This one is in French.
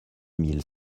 mille